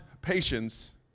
patience